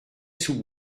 sous